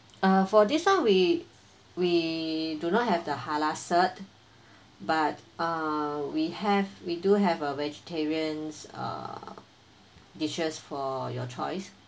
uh for this one we we do not have the halal cert but uh we have we do have a vegetarians uh dishes for your choice